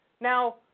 Now